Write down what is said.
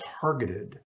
targeted